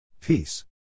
Peace